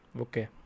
Okay